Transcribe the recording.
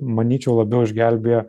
manyčiau labiau išgelbėjo